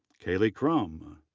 kayleigh crum,